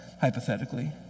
hypothetically